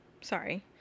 sorry